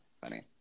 funny